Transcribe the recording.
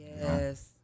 Yes